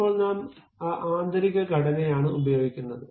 ഇപ്പോൾ നാം ആ ആന്തരിക ഘടനയാണ് ഉപയോഗിക്കുന്നത്